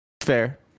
fair